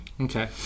okay